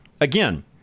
Again